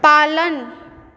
पालन